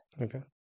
Okay